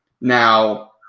Now